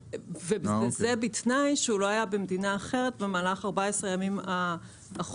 וזה בתנאי שהוא לא היה במדינה אחרת במהלך 14 הימים האחרונים.